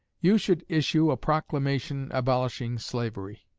you should issue a proclamation abolishing slavery.